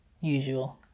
Usual